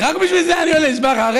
רק בשביל זה אני עולה, נשבע לך.